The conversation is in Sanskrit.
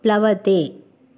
प्लवते